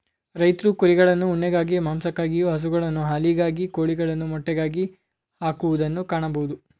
ರೈತ್ರು ಕುರಿಗಳನ್ನು ಉಣ್ಣೆಗಾಗಿ, ಮಾಂಸಕ್ಕಾಗಿಯು, ಹಸುಗಳನ್ನು ಹಾಲಿಗಾಗಿ, ಕೋಳಿಗಳನ್ನು ಮೊಟ್ಟೆಗಾಗಿ ಹಾಕುವುದನ್ನು ಕಾಣಬೋದು